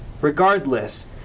Regardless